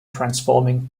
transforming